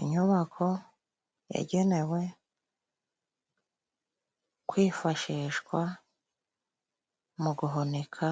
Inyubako yagenewe kwifashishwa mu guhunika